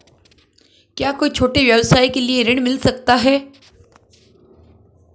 क्या कोई छोटे व्यवसाय के लिए ऋण मिल सकता है?